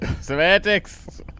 Semantics